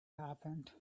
happened